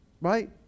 right